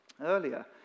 earlier